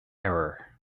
error